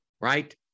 right